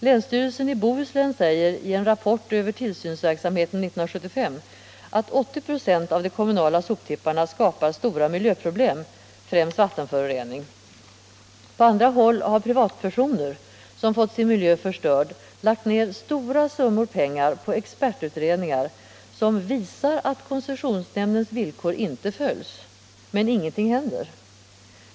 Länsstyrelsen i Gö teborgs och Bohus län säger i en rapport över tillsynsverksamheten 1975 — Nr 122 att 80 96 av de kommunala soptipparna skapar stora miljöproblem, främst Tisdagen den vattenförorening. På andra håll har privatpersoner som fått sin miljö 11 maj 1976 förstörd lagt ned stora summor pengar på expertutredningar, som visar LL att koncessionsnämndens villkor inte följs. Men ingenting händer.